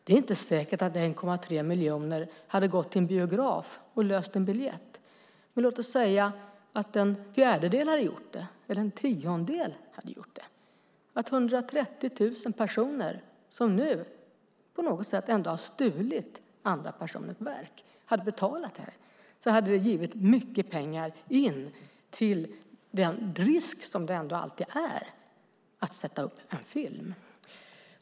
Det är inte säkert att 1,3 miljoner hade gått till en biograf och löst biljett. Men låt oss säga att en tiondel hade gjort det. Då hade ytterligare 130 000 personer betalat, som nu på något sätt ändå har stulit andra personers verk. Det hade givit mycket pengar. Det är ändå alltid en risk att sätta upp en film.